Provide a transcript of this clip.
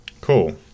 Cool